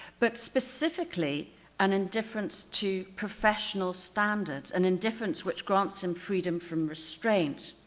but specifically an indifference to professional standards, an indifference which grants him freedom from restraint.